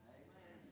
amen